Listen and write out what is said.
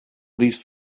these